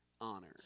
honor